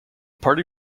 party